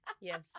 Yes